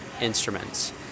instruments